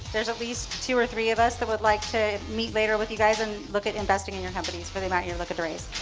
there's at least two or three of us that would like to meet later with you guys, and look at investing in your companies for the amount you're look to raise.